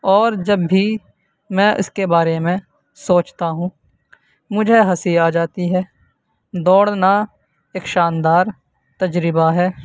اور جب بھی میں اس کے بارے میں سوچتا ہوں مجھے ہنسی آ جاتی ہے دوڑنا ایک شاندار تجربہ ہے